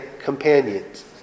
companions